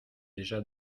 déjà